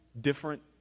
different